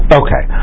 okay